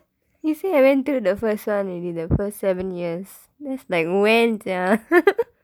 he see I went through the first [one] already the first seven years that's like when sia